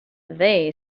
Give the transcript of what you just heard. they